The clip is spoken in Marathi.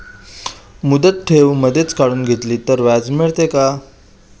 मुदत ठेव मधेच काढून घेतली तर व्याज मिळते का?